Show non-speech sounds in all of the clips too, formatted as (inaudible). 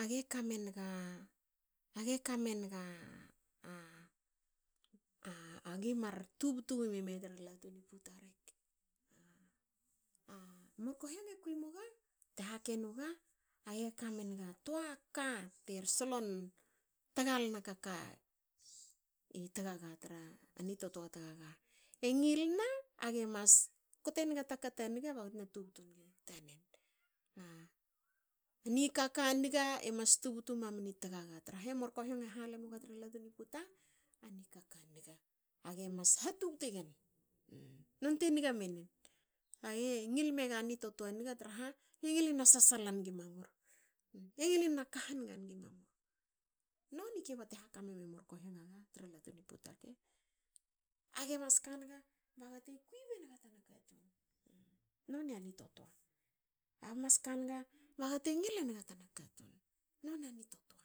Age kamenga. age kamenga a (hesitation) a gi mar tubtu wime tra latu ni puta rek. A murkiongo kui muga bte hake nuga. age kamenga toa kate solon tagalna ni kaka i tagaga tra ni totoa tagaga. E ngilna gemas kte naga taka ta niga baga te na tubtu nga tanen. Nikaka niga e mas tubtu mam ni tagaga traha e murkohiongo e hale muga tra latu ni puta a nikaka niga. Age mas ha tubte gen nonte niga menen. Age ngil menga age ngil menga ni totoa aniga traha ngilin na sasala ngi mamur. e ngilin naka haniga nga i mamur. Noni kiba te haka men murkohiongo. Age mas kanga ba gate kui benga tana katun noni a ni totoa, ani totoa tagaga e ha tubutna. Age mas ka naga bagate ngile naga tana katun, noni a ni totoa.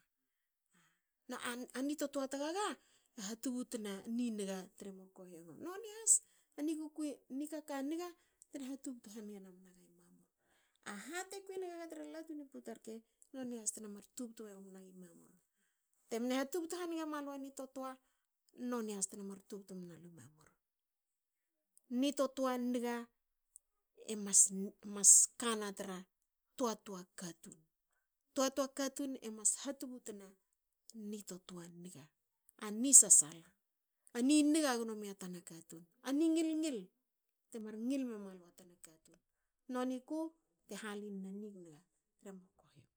Na ni totoa tagaga e ha tubutna a ni niniga tre murkohiongo. noni has a nikukui. nikaka niga te ha tubtu haniga erumna ga i mamur. A hate kui engaga tra latu ni puta rke. noni has tena mar tubtu gamna ga i mamur. Ni totoa niga e mas kana tra toa- toa katun. toa- toa katun e mas ha tubutna ni totoa niga. ani sasala. a niniga gnomia tana katun. ani ngil ngil te mar ngil me malu a tana katun. Noni ku te halinna ni niga tre murkohiongo.